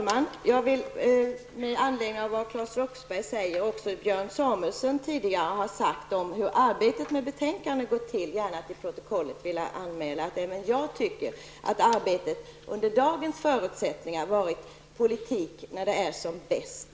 Fru talman! Med anledning av vad Claes Roxbergh säger och vad Björn Samuelson tidigare sagt om hur arbetet med betänkandet gått till, vill jag gärna till protokollet få antecknat att även jag anser att arbetet under de förutsättningar som rått har varit politik när den är som bäst.